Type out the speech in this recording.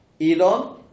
Elon